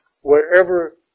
Wherever